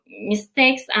mistakes